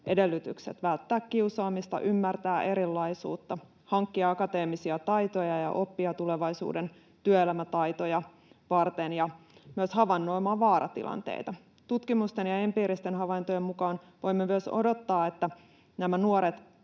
edellytykset välttää kiusaamista, ymmärtää erilaisuutta, hankkia akateemisia taitoja ja oppeja tulevaisuuden työelämätaitoja varten ja myös havainnoida vaaratilanteita. Tutkimusten ja empiiristen havaintojen mukaan voimme myös odottaa, että nämä nuoret